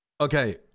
Okay